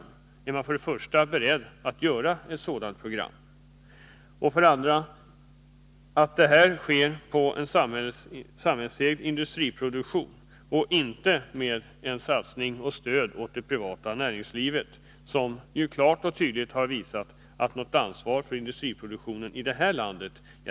Är regeringen för det första beredd att utforma ett sådant program? Kommer detta, för det andra, att baseras på en samhällsägd industriproduktion och inte på satsningar och stöd åt det privata näringslivet, där man ju klart och tydligt har visat att man inte känner något ansvar för industriproduktionen i vårt land?